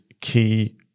key